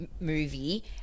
movie